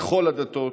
מכל הדתות,